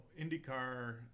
IndyCar